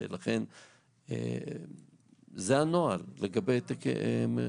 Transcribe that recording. ולכן זה הנוהל לגבי העתקי מרשמים.